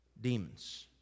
Demons